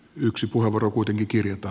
yksi puheenvuoro kuitenkin kirjata